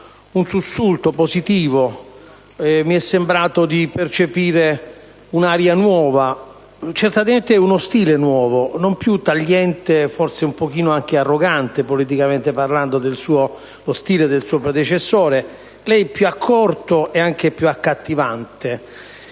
un sussulto positivo, mi è sembrato di percepire un'aria nuova, certamente uno stile nuovo, non più tagliente e forse anche un po' arrogante, politicamente parlando, come era lo stile del suo predecessore: lei è più accorto ed anche più accattivante.